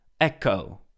echo